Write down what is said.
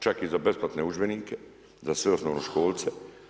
Čak i za besplatne udžbenike za sve osnovnoškolce.